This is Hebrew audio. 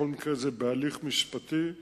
בכל מקרה, זה בהליך משפטי.